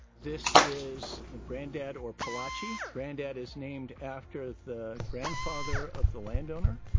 this is a grandad or polachi. grandad is named after the grandfather of the land owner.